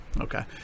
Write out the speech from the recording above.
Okay